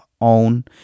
own